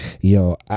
yo